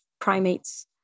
primates